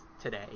today